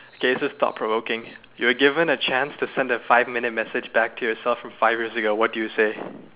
okay this is thought provoking you're given a chance to send a five minutes message back to yourself from five years ago what do you say